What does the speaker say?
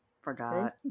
Forgot